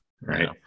right